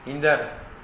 ईंदड़